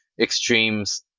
extremes